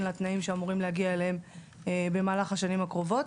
לתנאים שאמורים להגיע אליהם במהלך השנים הקרובות.